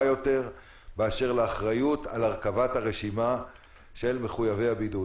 יותר באשר לאחריות על הרכבת הרשימה של מחויבי הבידוד.